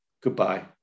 Goodbye